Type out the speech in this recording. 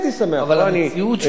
אבל המציאות שאתה יוצר,